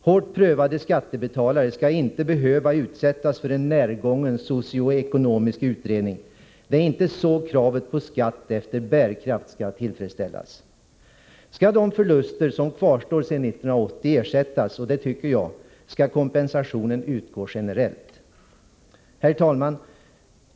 Hårt prövade skattebetalare skall inte behöva utsättas för en närgången socioekonomisk utredning. Det är inte så kravet på skatt efter bärkraft skall tillfredsställas! Skall de förluster som kvarstår sedan 1980 ersättas, vilket jag tycker, skall kompensationen utgå generellt. Herr talman!